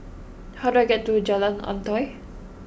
how do I get to Jalan Antoi